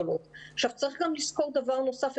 צריך גם לזכור דבר נוסף.